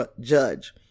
judge